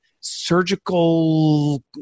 surgical